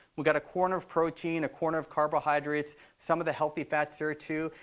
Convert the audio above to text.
we've got a corner of protein, a corner of carbohydrates, some of the healthy fats, there, too.